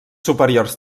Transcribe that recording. superiors